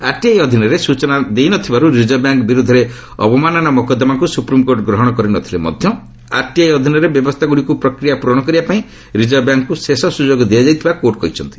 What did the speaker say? RTI ଅଧୀନରେ ସୂଚନା ଦେଇ ନ ଥିବାରୁ ରିଜର୍ଭ ବ୍ୟାଙ୍କ ବିରୋଧରେ ଅବମାନନା ମୋକଦ୍ଦମାକୁ ସୁପ୍ରିମ୍କୋର୍ଟ ଗ୍ରହଣ କରି ନ ଥିଲେ ମଧ୍ୟ ଆର୍ଟିଆଇ ଅଧୀନରେ ବ୍ୟବସ୍ଥାଗୁଡ଼ିକୁ ପ୍ରକ୍ରିୟା ପୂରଣ କରିବାପାଇଁ ରିଜର୍ଭ ବ୍ୟାଙ୍କ୍କୁ ଶେଷ ସୁଯୋଗ ଦିଆଯାଇଥିବା କୋର୍ଟ କହିଛନ୍ତି